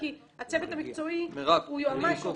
כי הצוות המקצועי הוא יועמ"ש,